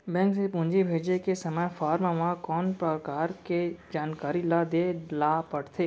Bank से पूंजी भेजे के समय फॉर्म म कौन परकार के जानकारी ल दे ला पड़थे?